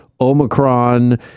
Omicron